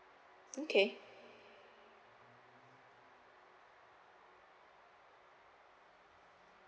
okay